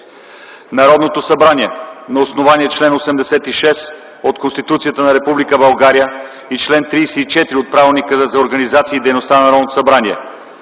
Народното събрание на основание чл. 86 от Конституцията на Република България и чл. 34 от Правилника за организацията и дейността на Народното събрание